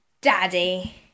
daddy